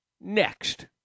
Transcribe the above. next